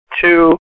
Two